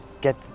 get